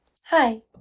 Hi